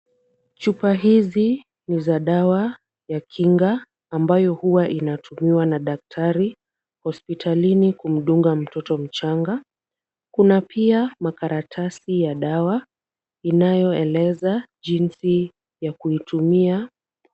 Chupa hizi ni za dawa ya kinga ambayo huwa inatumiwa na daktari hospitalini kumdunga mtoto mchanga. Kuna pia makaratasi ya dawa inayoeleza jinsi ya kuitumia.